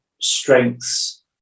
strengths